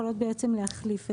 יכולות להחליף.